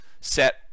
set